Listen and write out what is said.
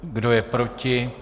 Kdo je proti?